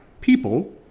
people